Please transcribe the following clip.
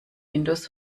windows